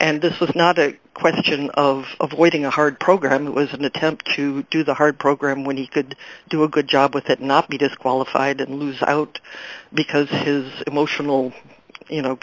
and this was not a question of avoiding a hard program it was an attempt to do the hard program when he could do a good job with it not be disqualified and lose out because his emotional you know